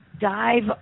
dive